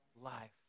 life